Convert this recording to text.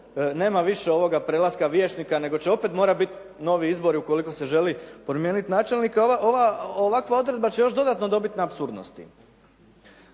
nema više prelaska vijećnika nego će opet morati biti novi izbori ukoliko se želi promijeniti načelnika. Ovakva odredba će još dodatno dobiti na apsurdnosti.